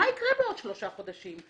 מה יקרה בעוד שלושה חודשים?